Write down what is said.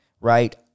right